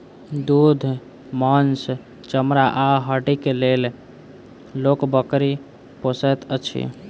दूध, मौस, चमड़ा आ हड्डीक लेल लोक बकरी पोसैत अछि